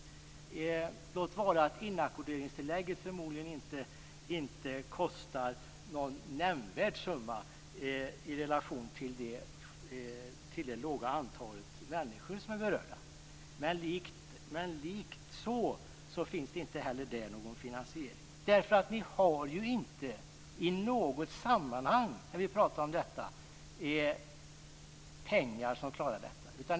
Låt vara att inackorderingstillägget förmodligen inte kostar någon nämnvärd summa med tanke på det låga antal människor som är berörda, men likväl finns det inte heller där någon finansiering. Ni har ju inte i något sammanhang när vi pratar om det här pengar som klarar det.